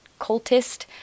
cultist